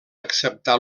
acceptar